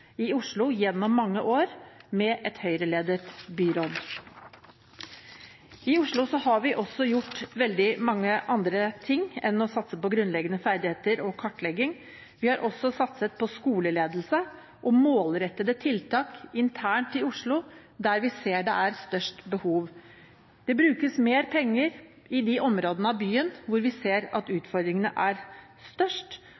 i Oslo gjennom mange år med et Høyre-ledet byråd. I Oslo har vi også gjort veldig mange andre ting enn å satse på grunnleggende ferdigheter og kartlegging. Vi har også satset på skoleledelse og målrettede tiltak internt i Oslo der vi ser det er størst behov. Det brukes mer penger i de områdene av byen hvor vi ser at utfordringene er størst.